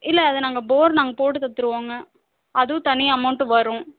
இல்லை அது நாங்கள் போர் நாங்கள் போட்டு தத்துடுவோங்க அதுவும் தனி அமௌன்ட்டு வரும்